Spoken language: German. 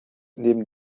neben